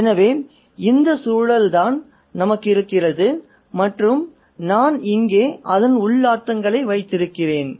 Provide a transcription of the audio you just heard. எனவே இந்த சூழல் தான் நமக்கிருக்கிறது மற்றும் நான் இங்கே அதன் உள்ளர்த்தங்களை வைத்திருக்கிறேன்